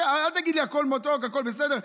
אל תגיד לי: הכול מתוק, הכול בסדר.